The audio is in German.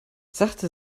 sachte